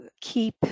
keep